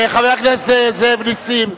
חבר הכנסת זאב נסים.